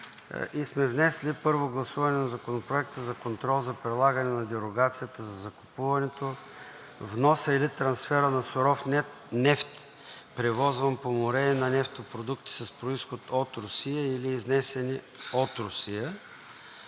и сме внесли за първо гласуване Законопроекта за контрол за прилагане на дерогацията за закупуването, вноса или трансфера на суров нефт, превозван по море, и на нефтопродукти с произход от Русия или изнесени от Русия.